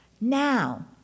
Now